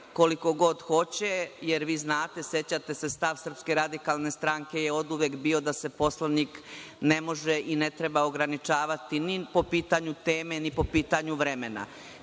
koliko god hoće, jer vi znate, sećate se, stav Srpske radikalne stranke je uvek bio da se Poslovnik ne može i ne treba ograničavati ni po pitanju teme, ni po pitanju vremena.